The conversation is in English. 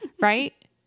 right